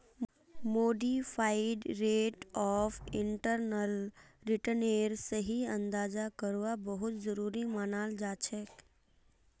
modified rate of internal रिटर्नेर सही अंदाजा करवा बहुत जरूरी मनाल जाछेक